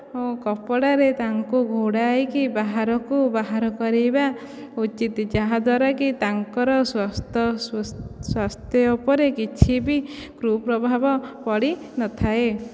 କପଡ଼ାରେ ତାଙ୍କୁ ଘୋଡ଼ାଇକି ବାହାରକୁ ବାହାର କରାଇବା ଉଚିତ ଯାହା ଦ୍ୱାରାକି ତାଙ୍କର ସ୍ୱସ୍ଥ୍ୟ ସ୍ୱାସ୍ଥ୍ୟ ଉପରେ କିଛି ବି କୁପ୍ରଭାବ ପଡ଼ିନଥାଏ